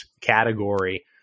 category